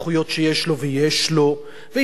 ואם שר החינוך ינצל את הסמכויות שיש לו,